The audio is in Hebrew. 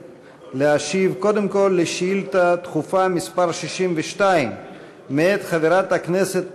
להשיב קודם כול על שאילתה דחופה מס' 62 מאת חברת הכנסת